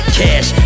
cash